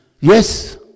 Yes